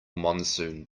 monsoon